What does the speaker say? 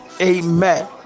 amen